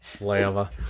Lava